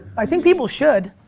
i think people should.